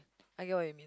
I get what you mean